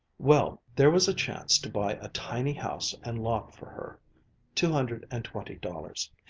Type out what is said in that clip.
well, there was a chance to buy a tiny house and lot for her two hundred and twenty dollars.